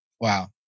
Wow